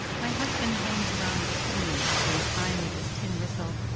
my husband hangs around the scene, biding time with his tin whistle,